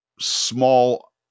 small